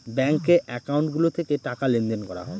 ব্যাঙ্কে একাউন্ট গুলো থেকে টাকা লেনদেন করা হয়